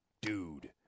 dude